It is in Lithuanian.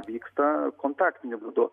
vyksta kontaktiniu būdu